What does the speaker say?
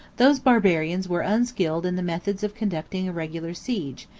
those barbarians were unskilled in the methods of conducting a regular siege,